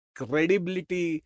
credibility